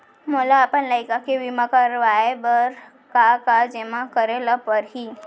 मोला अपन लइका के बीमा करवाए बर का का जेमा करे ल परही?